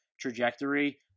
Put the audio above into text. trajectory